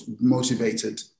motivated